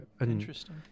Interesting